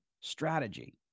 strategy